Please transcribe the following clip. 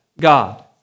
God